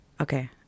Okay